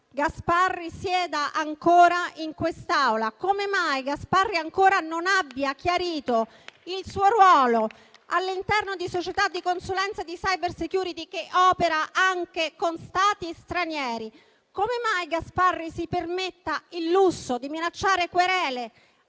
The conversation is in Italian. Gasparri sieda ancora in quest'Aula; come mai Gasparri ancora non abbia chiarito il suo ruolo all'interno di una società di consulenza di *cybersecurity* che opera anche con Stati stranieri; come mai Gasparri si permetta il lusso di minacciare querele